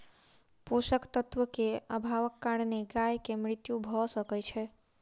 पोषक तत्व के अभावक कारणेँ गाय के मृत्यु भअ सकै छै